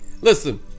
Listen